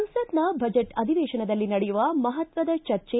ಸಂಸತ್ನ ಬಜೆಟ್ ಅಧಿವೇಶದಲ್ಲಿ ನಡೆಯುವ ಮಹತ್ವದ ಚರ್ಚೆ